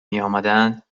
میآمدند